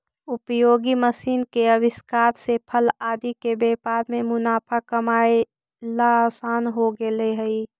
उपयोगी मशीन के आविष्कार से फल आदि के व्यापार में मुनाफा कमाएला असान हो गेले हई